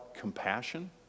compassion